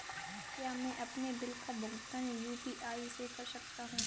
क्या मैं अपने बिल का भुगतान यू.पी.आई से कर सकता हूँ?